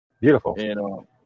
Beautiful